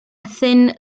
thin